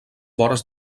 vores